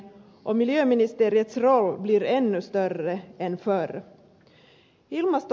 och miljöministeriets roll blir ännu större än förr